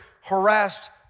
harassed